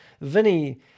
Vinny